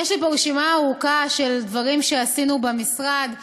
יש לי פה רשימה ארוכה של דברים שעשינו במשרד,